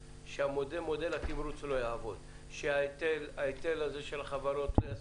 שמודל התמרוץ לא יעבוד ושההיטל הזה של החברות לא יספיק.